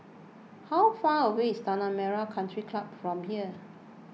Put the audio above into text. how far away is Tanah Merah Country Club from here